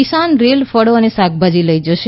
કિસાન Rail ફળો અને શાકભાજી લઈ જશે